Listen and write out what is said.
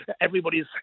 everybody's